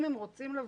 אם הם רוצים לבוא,